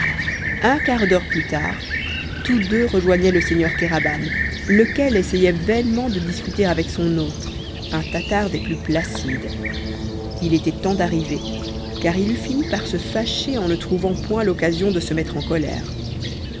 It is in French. un quart d'heure plus tard tous deux rejoignaient le seigneur kéraban lequel essayait vainement de discuter avec son hôte un tatar des plus placides il était temps d'arriver car il eût fini par se fâcher en ne trouvant point l'occasion de se mettre en colère